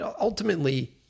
ultimately